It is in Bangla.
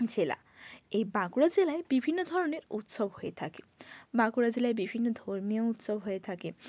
জেলা এই বাঁকুড়া জেলায় বিভিন্ন ধরনের উৎসব হয়ে থাকে বাঁকুড়া জেলায় বিভিন্ন ধর্মীয় উৎসব হয়ে থাকে